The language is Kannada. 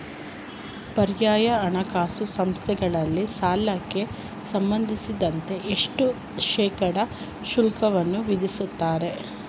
ಪರ್ಯಾಯ ಹಣಕಾಸು ಸಂಸ್ಥೆಗಳಲ್ಲಿ ಸಾಲಕ್ಕೆ ಸಂಬಂಧಿಸಿದಂತೆ ಎಷ್ಟು ಶೇಕಡಾ ಶುಲ್ಕವನ್ನು ವಿಧಿಸುತ್ತಾರೆ?